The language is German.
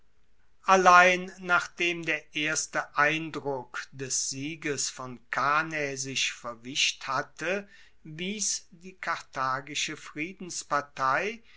allein nachdem der erste eindruck des sieges von cannae sich verwischt hatte wies die karthagische friedenspartei